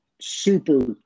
super